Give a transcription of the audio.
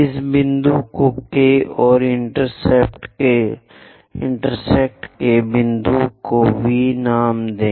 इस बिंदु को K और इंटेरसेक्ट के बिंदु को V नाम दें